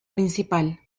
principal